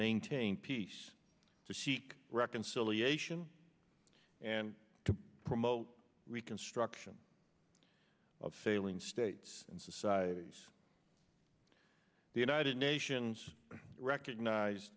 maintain peace to seek reconciliation and to promote reconstruction of failing states and societies the united nations recognize